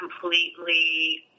completely